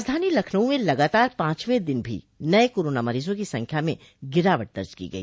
राजधानी लखनऊ में लगातार पांचवें दिन भी नये कोरोना मरीजों की संख्या में गिरावट दर्ज की गई